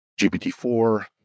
GPT-4